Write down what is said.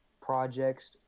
projects